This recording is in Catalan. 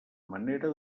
manera